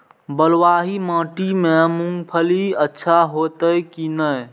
बलवाही माटी में मूंगफली अच्छा होते की ने?